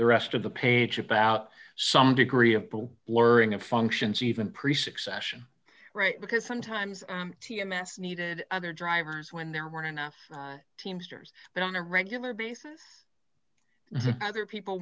the rest of the page about some degree of the blurring of functions even pretty successful right because sometimes t m s needed other drivers when there weren't enough teamsters but on a regular basis other people